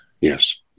Yes